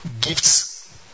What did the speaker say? gifts